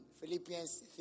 Philippians